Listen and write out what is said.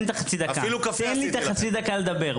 את החצי דקה תן לי את החצי דקה לדבר,